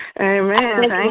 Amen